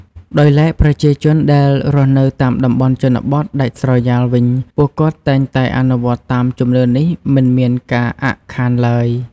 ដោយឡែកប្រជាជនដែលរស់នៅតាមដំបន់ជនបទដាច់ស្រយាលវិញពួកគាត់តែងតែអនុវត្តន៏តាមជំនឿនេះមិនមានការអាក់ខានឡើយ។